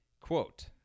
quote